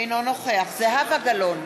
אינו נוכח זהבה גלאון,